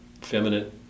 feminine